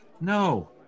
No